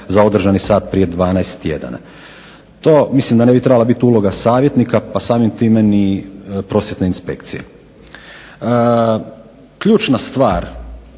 za održani sat prije 12 tjedana. To mislim da ne bi trebala biti uloga savjetnika pa samim time ni prosvjetne inspekcije. Ključna stvar